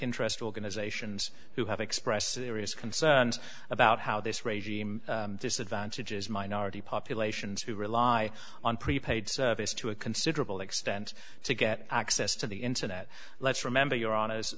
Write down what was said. interest organizations who have expressed serious concerns about how this regime disadvantages minority populations who rely on prepaid to a considerable extent to get access to the internet let's remember you're on